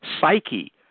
psyche